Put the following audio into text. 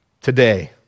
today